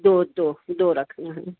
دو دو دو رکھنا ہے